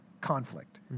conflict